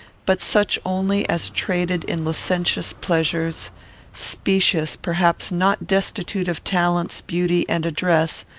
but such only as traded in licentious pleasures specious, perhaps not destitute of talents, beauty, and address,